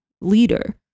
leader